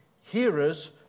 hearers